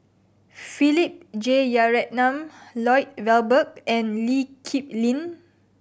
Philip Jeyaretnam Lloyd Valberg and Lee Kip Lin